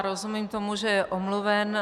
Rozumím tomu, že je omluven.